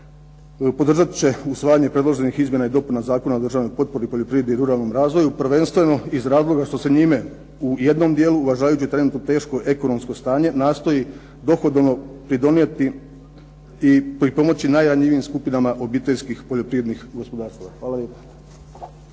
podržat će usvajanje predloženih izmjena i dopuna Zakona o državnoj potpori poljoprivrednom i ruralnom razvoju, prvenstveno iz razloga što se njime u jednom dijelu uvažavajući trenutno teško ekonomsko stanje, nastoji dohodovno pridonijeti i pripomoći najranjivijim skupinama obiteljskih poljoprivrednih gospodarstava. Hvala lijepa.